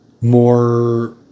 more